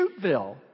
Shootville